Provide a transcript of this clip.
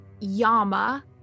Yama